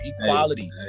equality